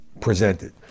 presented